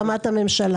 לפני הקמת ממשלה,